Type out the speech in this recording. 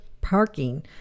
parking